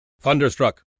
Thunderstruck